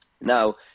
Now